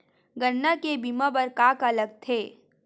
गन्ना के बीमा बर का का लगथे?